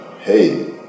Hey